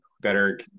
better